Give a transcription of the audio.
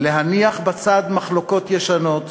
להניח בצד מחלוקות ישנות,